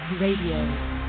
RADIO